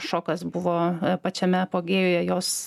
šokas buvo pačiame apogėjuje jos